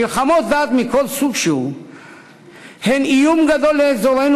מלחמות דת מכל סוג שהוא הן איום גדול לאזורנו,